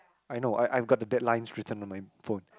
I know I I've got the bad lines written on my phone